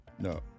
No